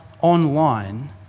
online